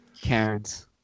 Karen's